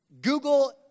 Google